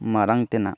ᱢᱟᱲᱟᱝ ᱛᱮᱱᱟᱜ